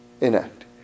enact